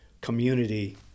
community